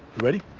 ready?